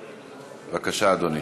בבקשה, אדוני.